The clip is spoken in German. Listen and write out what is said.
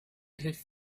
hilft